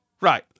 Right